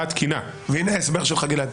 והנה ההסבר שלך, גלעד.